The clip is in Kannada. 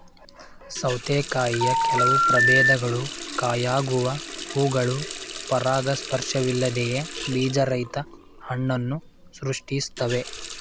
ಸೌತೆಕಾಯಿಯ ಕೆಲವು ಪ್ರಭೇದಗಳು ಕಾಯಾಗುವ ಹೂವುಗಳು ಪರಾಗಸ್ಪರ್ಶವಿಲ್ಲದೆಯೇ ಬೀಜರಹಿತ ಹಣ್ಣನ್ನು ಸೃಷ್ಟಿಸ್ತವೆ